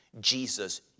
Jesus